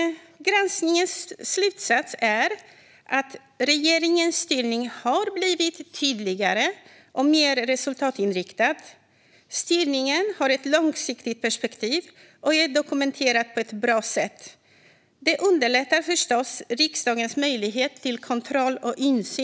Granskningens slutsats är att regeringens styrning har blivit tydligare och mer resultatinriktad. Styrningen har ett långsiktigt perspektiv och är dokumenterad på ett bra sätt. Detta underlättar förstås riksdagens möjlighet till kontroll och insyn.